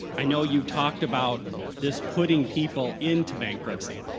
i know you've talked about this putting people into bankruptcy.